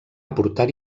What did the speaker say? aportar